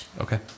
Okay